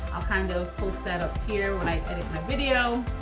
i'll kind of post that up here when i edit my video,